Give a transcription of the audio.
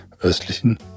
östlichen